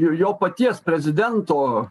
ir jo paties prezidento